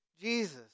Jesus